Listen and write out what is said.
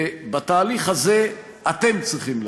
ובתהליך הזה, אתם צריכים להחליט,